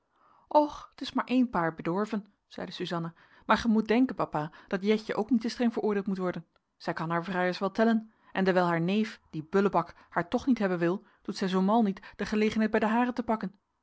och t is maar één paar bedorven zeide suzanna maar gij moet denken papa dat jetje ook niet te streng veroordeeld moet worden zij kan haar vrijers wel tellen en dewijl haar neef die bullebak haar toch niet hebben wil doet zij zoo mal niet de gelegenheid bij de haren te pakken